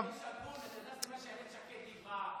מתן, זה מה שאילת שקד אמרה.